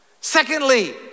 Secondly